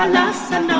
us than